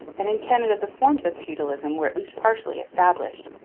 and in canada the forms of feudalism were at least partially established.